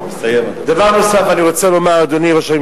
תסיים, אדוני.